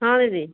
ହଁ ଦିଦି